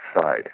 side